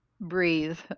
breathe